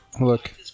Look